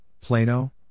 plano